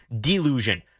delusion